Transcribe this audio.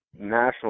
national